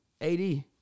AD